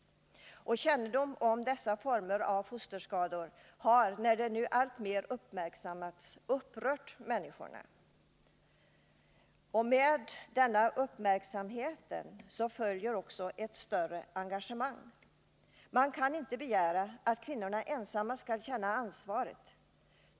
Kännedomen om dessa former av fosterskador har, när den nu alltmer uppmärksammats, upprört människor. Med denna uppmärksamhet följer också större engagemang. Man kan inte begära att kvinnorna ensamma skall känna ansvaret.